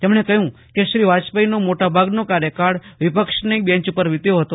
તેમણે કહ્યું કે શ્રી વાજપેયીનો મોટાભાગનો કાર્યકાળ વિપક્ષના બેન્ચ ઉપર વિત્યો હતો